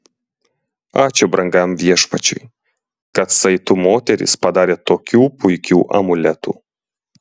ačiū brangiam viešpačiui kad saitu moterys padarė tokių puikių amuletų